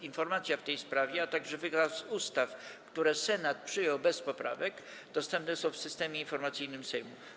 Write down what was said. Informacja w tej sprawie, a także wykaz ustaw, które Senat przyjął bez poprawek, dostępne są w Systemie Informacyjnym Sejmu.